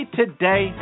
today